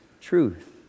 truth